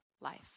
life